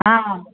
हँ